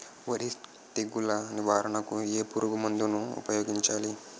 వరి తెగుల నివారణకు ఏ పురుగు మందు ను ఊపాయోగించలి?